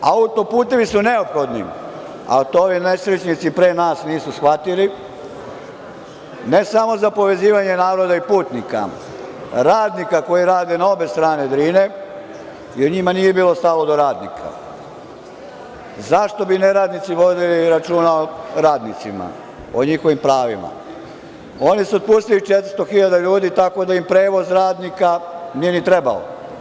Auto-putevi su neophodni, a to ovi nesrećnici pre nas nisu shvatili, ne samo za povezivanje naroda i putnika, radnika koji rade na obe strane Drine, jer njima nije bilo stalo do radnika – zašto bi neradnici vodili računa o radnicima, o njihovim pravima, oni su otpustili 400 hiljada ljudi, tako da im prevoz radnika nije ni trebao.